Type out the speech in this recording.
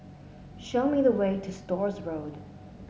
show me the way to Stores Road